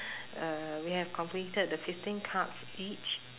uh we have completed the fifteen cards each